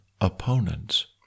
opponents